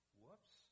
whoops